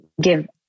give